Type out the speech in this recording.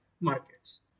markets